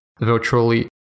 virtually